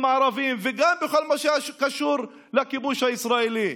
הערבים וגם בכל מה שקשור לכיבוש הישראלי.